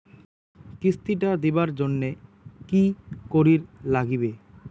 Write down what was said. কিস্তি টা দিবার জন্যে কি করির লাগিবে?